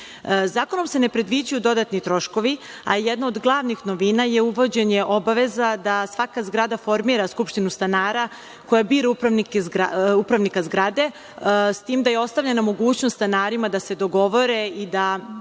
se ne predviđaju dodatni troškovi, a jedna od glavnih novina je uvođenje obaveza da svaka zgrada formira skupštinu stanara koja bira upravnika zgrade, s tim da je ostavljena mogućnost stanarima da se dogovore i da